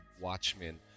Watchmen